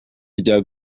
rya